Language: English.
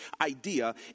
idea